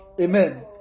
Amen